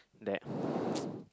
that